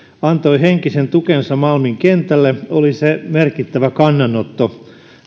antoi henkisen tukensa malmin kentälle oli se merkittävä kannanotto